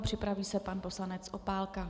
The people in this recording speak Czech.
Připraví se pan poslanec Opálka.